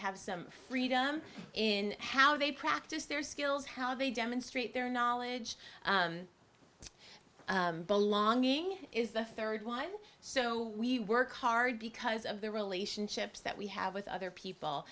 have some freedom in how they practice their skills how they demonstrate their knowledge belonging is the third while so we work hard because of the relationships that we have with other people